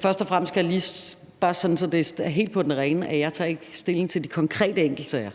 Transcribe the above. Først og fremmest skal jeg lige, bare så det er helt på det rene, sige, at jeg ikke tager stilling til de konkrete enkeltsager.